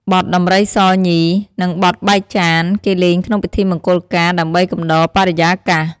បទដំរីសញី និងបទបែកចាន គេលេងក្នុងពិធីមង្គលការ ដើម្បីកំដរបរិយាកាស។